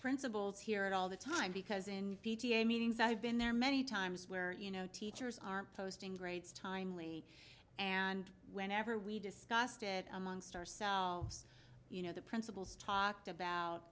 principals hear it all the time because in p t a meetings i've been there many times where you know teachers aren't posting grades timely and whenever we discussed it amongst ourselves you know the principals talked about